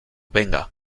venga